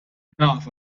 naf